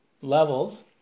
levels